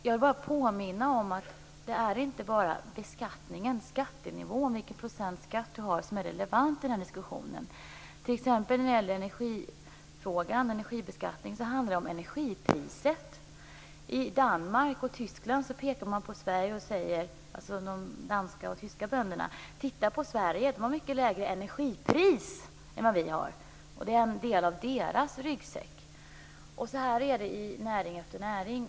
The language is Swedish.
Jag vill bara påminna om att det inte är bara skattenivån som är relevant i den diskussionen. När det gäller t.ex. energibeskattningen handlar det om energipriset. De danska och tyska bönderna pekar på Sverige och säger: Titta på Sverige, som har mycket lägre energipris än vad vi har! Det är en del av deras ryggsäck. Så här är det i näring efter näring.